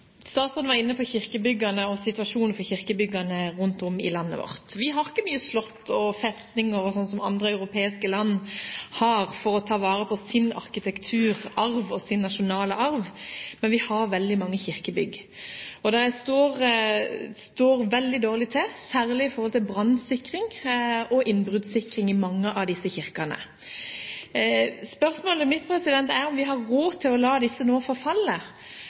Statsråden var inne på kirkebyggene og situasjonen for disse rundt om i landet vårt. Vi har ikke mange slott, festninger osv., slik som andre europeiske land har til å ta vare på sin arkitektur og sin nasjonale arv, men vi har veldig mange kirkebygg. Og det står veldig dårlig til, særlig når det gjelder brannsikring og innbruddsikring, i mange av disse kirkene. Spørsmålet mitt er om vi har råd til å la disse kirkene forfalle,